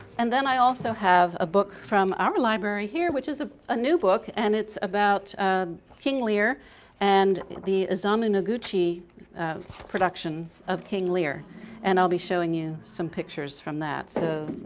and then i also have a book from our library here which is ah a new book and it's about ah king lear and the isamu noguchi production of king lear and i'll be showing you some pictures from that so